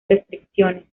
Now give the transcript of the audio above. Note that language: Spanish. restricciones